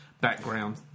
background